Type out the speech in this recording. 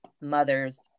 mothers